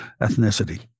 ethnicity